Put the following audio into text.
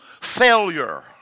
failure